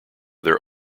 their